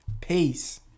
Peace